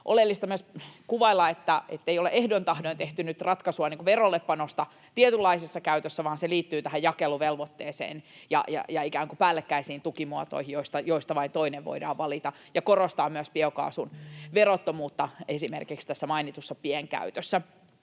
oleellista myös kuvailla, että ei ole ehdoin tahdoin tehty nyt ratkaisua verollepanosta tietynlaisessa käytössä, vaan se liittyy tähän jakeluvelvoitteeseen ja ikään kuin päällekkäisiin tukimuotoihin, joista vain toinen voidaan valita, ja korostaa myös biokaasun verottomuutta esimerkiksi tässä mainitussa pienkäytössä.